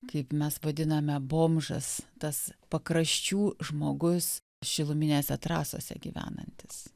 kaip mes vadiname bomžas tas pakraščių žmogus šiluminėse trasose gyvenantis